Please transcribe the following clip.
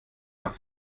macht